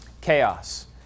chaos